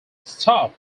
stop